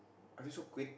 I just wrote kway